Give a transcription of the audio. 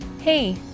Hey